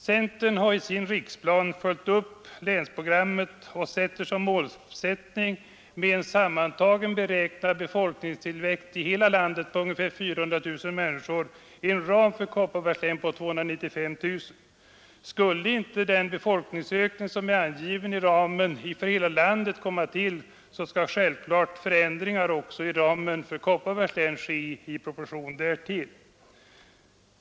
Centern har i sin riksplan följt upp länsprogrammet och sätter som mål — med en sammantagen beräknad befolkningstillväxt i hela landet på ungefär 400 000 människor en ram för Kopparbergs län på 295 000. Skulle inte den befolkningsökning som är angiven i ramen för hela landet komma till, skall självklart också förändringar i ramen för Kopparbergs län ske i proportion därtill.